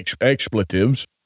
expletives